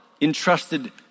entrusted